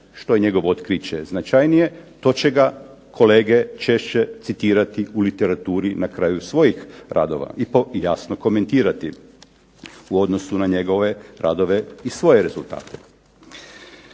što je njegovo otkriće značajnije to će ga kolege češće citirati u literaturi na kraju svojih radova i to jasno, komentirati u odnosu na njegove radove i svoje rezultate.